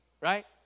right